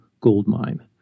goldmine